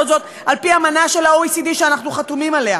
זאת על-פי אמנה של ה-OECD שאנחנו חתומים עליה.